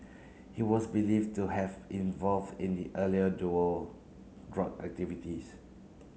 he was believed to have involved in the earlier duo drug activities